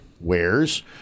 wears